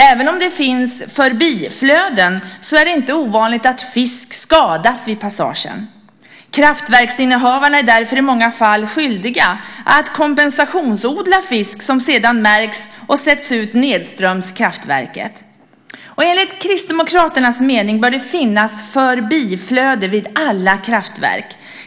Även om det finns förbiflöden är det inte ovanligt att fisk skadas vid passagen. Kraftverksinnehavarna är därför i många fall skyldiga att kompensationsodla fisk, som märks och sätts ut nedströms kraftverket. Enligt Kristdemokraternas mening bör det finnas förbiflöden vid alla kraftverk.